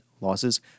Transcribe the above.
losses